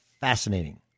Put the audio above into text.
fascinating